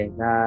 na